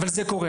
אבל זה קורה.